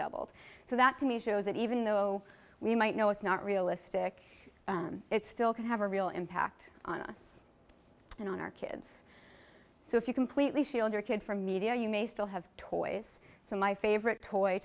doubled so that to me shows that even though we might know it's not realistic it still could have a real impact on us and on our kids so if you completely feel your kid for media you may still have toys so my favorite toy